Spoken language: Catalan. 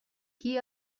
qui